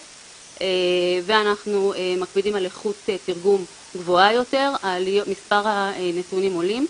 ואנחנו מקפידים על איכות תרגום גבוהה יותר מספר הכניסות עולה.